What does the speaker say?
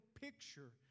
picture